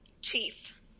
Chief